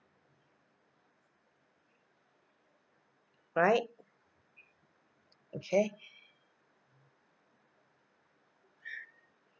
right okay